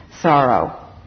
sorrow